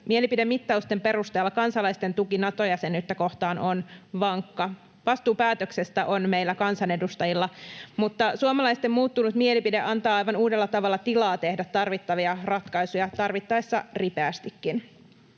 Mielipidemittausten perusteella kansalaisten tuki Nato-jäsenyyttä kohtaan on vankka. Vastuu päätöksestä on meillä kansanedustajilla, mutta suomalaisten muuttunut mielipide antaa aivan uudella tavalla tilaa tehdä tarvittavia ratkaisuja tarvittaessa ripeästikin.